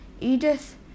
Edith